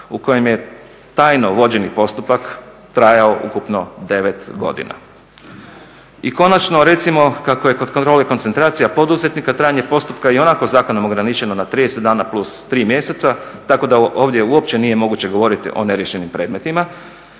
u kojem je tajno vođeni postupak trajao ukupno 9 godina. I konačno recimo kako je kod kontrole koncentracija poduzetnika trajanje postupka ionako zakonom ograničeno na 30 dana plus 3 mjeseca tako da ovdje uopće nije moguće govoriti o neriješenim predmetima,